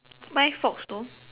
why fox though